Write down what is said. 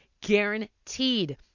guaranteed